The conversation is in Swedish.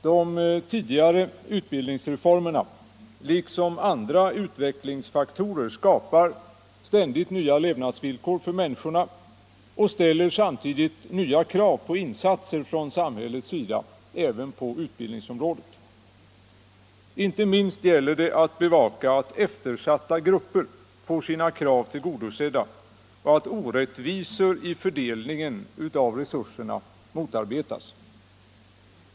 De tidigare utbildningsreformerna liksom andra utvecklingsfaktorer skapar ständigt nya levnadsvillkor för människorna och ställer samtidigt nya krav på insatser från samhällets sida även på utbildningsområdet. Inte minst gäller det att bevaka att eftersatta grupper får sina krav tillgodosedda och att orättvisor i fördelningen av resurserna motarbetas.